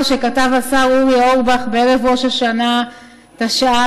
שכתב השר אורי אורבך בערב ראש השנה תשע"ה,